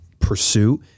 pursuit